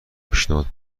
پیشنهاد